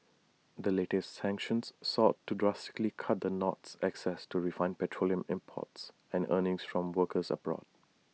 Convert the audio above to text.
the latest sanctions sought to drastically cut the North's access to refined petroleum imports and earnings from workers abroad